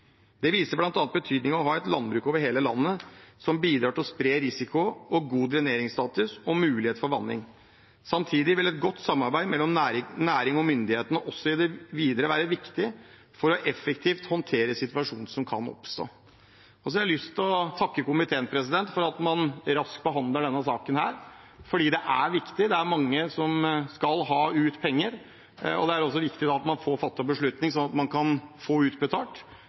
Det viser bl.a. betydningen av å ha et landbruk over hele landet, noe som bidrar til spredd risiko, god dreneringsstatus og mulighet for vanning. Samtidig vil et godt samarbeid mellom næringen og myndighetene også i det videre være viktig for effektivt å håndtere situasjoner som kan oppstå. Jeg har lyst til å takke komiteen for at man raskt behandler denne saken, for den er viktig – det er mange som skal ha ut penger, og da er det viktig at man får fattet en beslutning, slik at de kan få dem utbetalt.